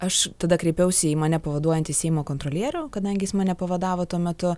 aš tada kreipiausi į mane pavaduojantį seimo kontrolierių kadangi jis mane pavadavo tuo metu